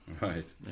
Right